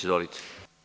Izvolite.